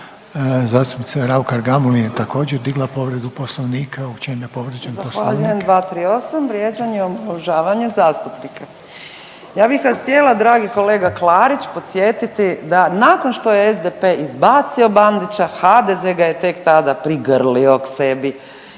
Zastupnica Raukar-Gamulin je također digla povredu Poslovnika. U čem je povrijeđen Poslovnik? **Raukar-Gamulin, Urša (Možemo!)** Zahvaljujem. 238. vrijeđanje, omalovažavanje zastupnika. Ja bih vas htjela dragi kolega Klarić podsjetiti da nakon što je SDP izbacio Bandića HDZ ga je tek tada prigrlio k sebi